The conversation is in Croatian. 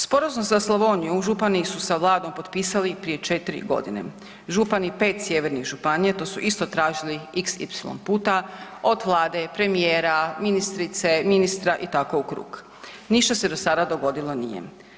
Sporazum za Slavoniju župani su sa Vladom potpisali prije 4 godine, župani 5 sjevernih županija to su isto tražili xy puta od Vlade, premijera, ministrice, ministra i tako u krug, ništa se do sada dogodilo nije.